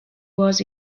was